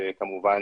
וכמובן